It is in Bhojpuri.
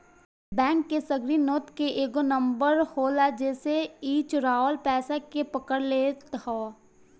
बैंक के सगरी नोट के एगो नंबर होला जेसे इ चुरावल पईसा के पकड़ लेत हअ